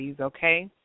okay